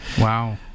wow